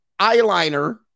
eyeliner